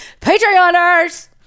Patreoners